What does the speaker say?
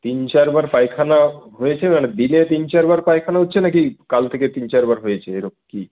তিন চারবার পায়খানা হয়েছে মানে দিনে তিন চারবার পায়খানা হচ্ছে নাকি কাল থেকে তিন চারবার হয়েছে এরম কি